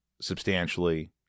substantially